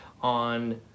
on